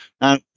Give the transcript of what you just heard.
Now